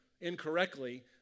incorrectly